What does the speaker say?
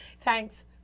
Thanks